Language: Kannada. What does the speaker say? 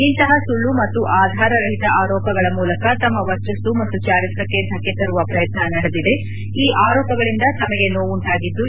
ಇಂತಹ ಸುಳ್ಳು ಮತ್ತು ಆಧಾರರಹಿತ ಆರೋಪಗಳ ಮೂಲಕ ತಮ್ಮ ವರ್ಚಸ್ತು ಮತ್ತು ಚಾರಿತ್ರ್ಯಕ್ಕೆ ಧಕ್ಕೆ ತರುವ ಪ್ರಯತ್ನ ನಡೆದಿದೆ ಈ ಆರೋಪಗಳಿಂದ ತಮಗೆ ನೋವುಂಟಾಗಿದ್ದು